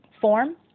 form